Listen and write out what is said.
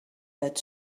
that